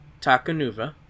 Takanuva